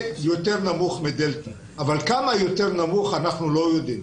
יותר נמוך מאשר ב-דלתא אבל כמה יותר נמוך אנחנו לא יודעים.